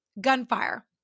gunfire